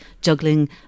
juggling